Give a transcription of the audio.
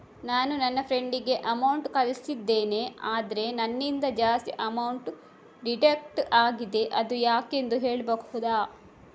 ನಾನು ನನ್ನ ಫ್ರೆಂಡ್ ಗೆ ಅಮೌಂಟ್ ಕಳ್ಸಿದ್ದೇನೆ ಆದ್ರೆ ನನ್ನಿಂದ ಜಾಸ್ತಿ ಅಮೌಂಟ್ ಡಿಡಕ್ಟ್ ಆಗಿದೆ ಅದು ಯಾಕೆಂದು ಹೇಳ್ಬಹುದಾ?